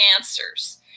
answers